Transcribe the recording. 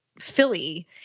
Philly